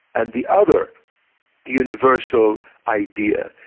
and the other universal idea,